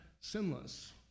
sinless